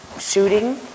shooting